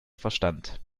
verstand